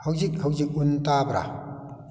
ꯍꯧꯖꯤꯛ ꯍꯧꯖꯤꯛ ꯎꯟ ꯇꯥꯕ꯭ꯔꯥ